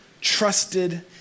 trusted